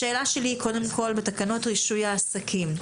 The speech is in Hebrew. השאלה שלי הוא לגבי תקנות רישוי העסקים.